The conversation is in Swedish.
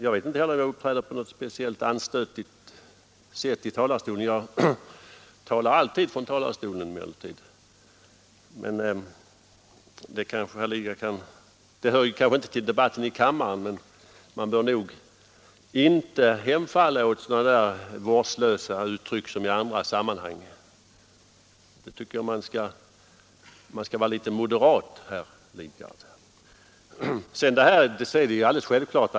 Jag vet inte heller att jag uppträder på något speciellt anstötligt sätt i talarstolen, som jag alltid talar från. Det här hör ju inte till dagens debattfråga, men jag tycker inte att man skall hänfalla till sådana vårdslösa uttryck som ”i andra sammanhang”. I det fallet skall man nog vara litet moderat, herr Lidgard.